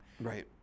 right